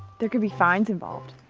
there could be fines involved.